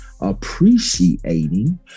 appreciating